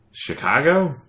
Chicago